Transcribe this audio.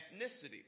ethnicity